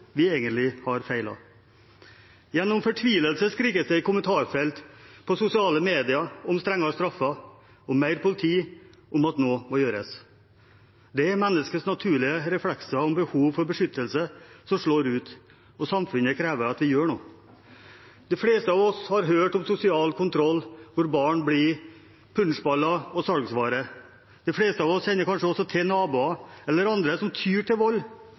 vi egentlig har feilet. Gjennom fortvilelse skrikes det i kommentarfelt på sosiale medier om strengere straffer, om mer politi, om at noe må gjøres. Det er menneskets naturlige reflekser om behov for beskyttelse som slår ut, og samfunnet krever at vi gjør noe. De fleste av oss har hørt om sosial kontroll hvor barn blir punchingballer og salgsvarer. De fleste av oss kjenner kanskje også til naboer eller andre som tyr til vold